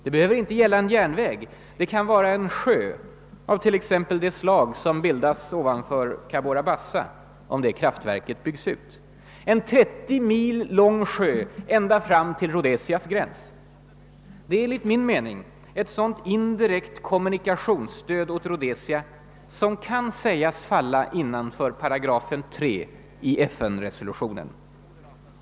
Det behöver inte gälla en järnväg; det kan vara en sjö av t.ex. det slag som bildas ovanför Cabora Bassa, om detta kraftverk byggs ut. En 30 mil lång sjö ända fram till Rhodesias gräns. Det är enligt min mening ett sådant indirekt kommunikationsstöd åt Rhodesia som kan sägas falla innanför 3 § i FN resolutionen.